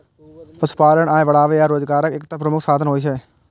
पशुपालन आय बढ़ाबै आ रोजगारक एकटा प्रमुख साधन होइ छै